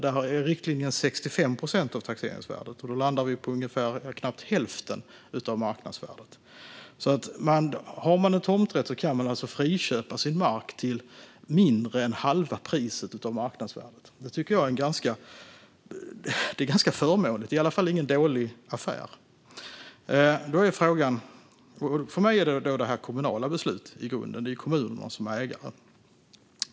Där är riktlinjen 65 procent av taxeringsvärdet, och då landar vi på knappt hälften av marknadsvärdet. Har man en tomträtt kan man alltså friköpa sin mark till mindre än halva priset av marknadsvärdet. Det tycker jag är ganska förmånligt. Det är i alla fall ingen dålig affär. För mig är detta kommunala beslut i grunden. Det är ju kommunerna som är ägare.